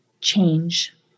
change